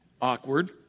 Awkward